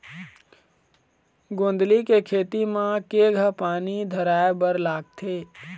गोंदली के खेती म केघा पानी धराए बर लागथे?